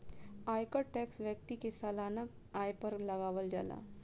आयकर टैक्स व्यक्ति के सालाना आय पर लागावल जाला